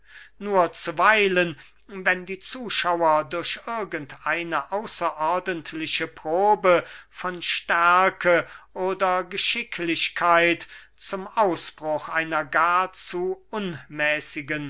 nur zuweilen wenn die zuschauer durch irgend eine außerordentliche probe von stärke oder geschicklichkeit zum ausbruch einer gar zu unmäßigen